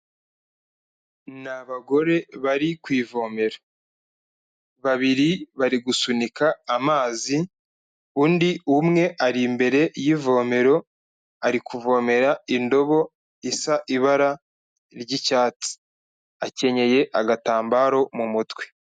Ni abagore bari ku ivomero, babiri bari gusunika amazi undi umwe ari imbere y'ivomero ari kuvomera indobo isa ibara ry'icyatsi, akenyeye agatambaro mu mutwe.